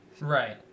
Right